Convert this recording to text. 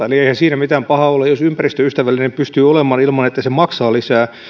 eli eihän siinä mitään pahaa ole jos ympäristöystävällinen pystyy olemaan ilman että se maksaa lisää